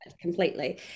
completely